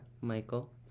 Michael